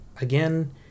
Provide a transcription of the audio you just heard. again